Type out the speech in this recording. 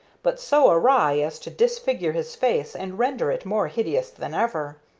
but so awry as to disfigure his face and render it more hideous than ever.